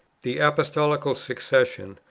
the apostolical succession,